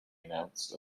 announced